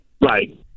right